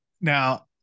now